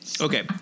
Okay